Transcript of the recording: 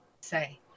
say